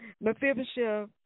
Mephibosheth